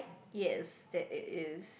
yes that it is